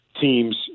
teams